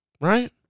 Right